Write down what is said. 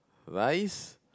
rice